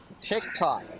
TikTok